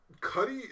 Cuddy